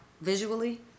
visually